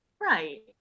right